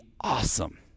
awesome